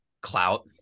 Clout